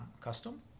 custom